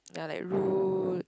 ya like rude